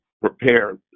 prepare